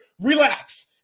Relax